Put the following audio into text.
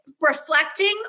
reflecting